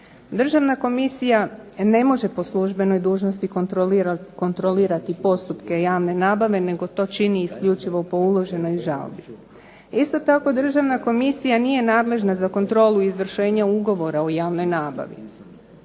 Državna komisija ne može po službenoj dužnosti kontrolirati postupke javne nabave, nego to čini isključivo po uloženoj žalbi. Isto tako državna komisija nije nadležna za kontrolu izvršenja ugovora o javnoj nabavi.